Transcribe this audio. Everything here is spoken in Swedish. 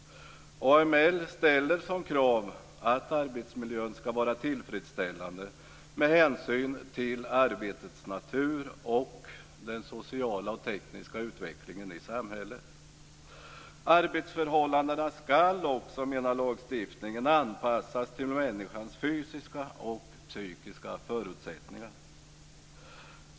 AML ställer som krav att arbetsmiljön ska vara tillfredsställande med hänsyn till arbetets natur och till den sociala och tekniska utvecklingen i samhället. Arbetsförhållandena ska också, menar lagstiftningen, anpassas till människans fysiska och psykiska förutsättningar.